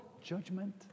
judgment